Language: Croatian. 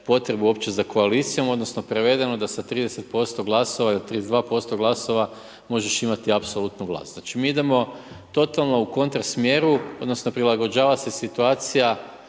uopće za koaliciju, odnosno, prevedeno da sa 30% glasova ili 32% glasova možeš imati apsolutnu vlast. Znači mi idemo totalno u kontra smjeru odnosno, prilagođava se situacija,